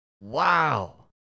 Wow